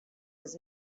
his